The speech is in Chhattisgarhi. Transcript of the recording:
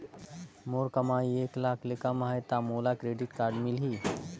मोर कमाई एक लाख ले कम है ता मोला क्रेडिट कारड मिल ही?